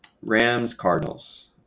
Rams-Cardinals